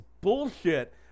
bullshit